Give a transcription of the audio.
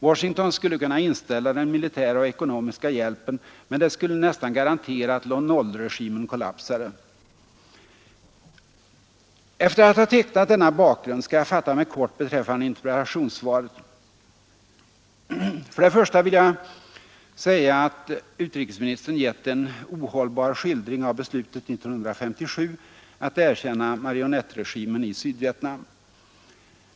Washington skulle kunna inställa den militära och ekonomiska hjälpen, men det skulle nästan garantera att Lon Nol-regimen kollapsade.” Efter att ha tecknat denna bakgrund skall jag fatta mig kort beträffande interpellationssvaret. Till att börja med vill jag säga att utrikesministern gett en ohållbar skildring av beslutet 1957 att erkänna marionettregimen i Sydvietnam.